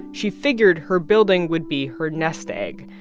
she figured her building would be her nest egg.